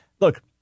Look